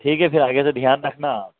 ठीक है फिर आगे से ध्यान रखना